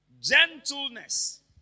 Gentleness